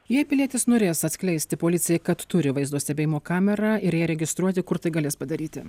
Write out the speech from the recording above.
jei pilietis norės atskleisti policijai kad turi vaizdo stebėjimo kamerą ir ją registruoti kur tai galės padaryti